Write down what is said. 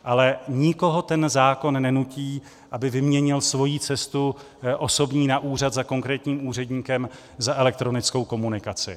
Ale nikoho ten zákon nenutí, aby vyměnil svoji osobní cestu na úřad za konkrétním úředníkem za elektronickou komunikaci.